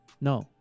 No